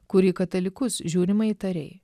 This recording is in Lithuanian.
kur į katalikus žiūrima įtariai